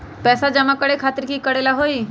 पैसा जमा करे खातीर की करेला होई?